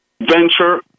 venture